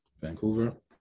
Vancouver